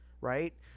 right